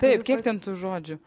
taip kiek ten tų žodžių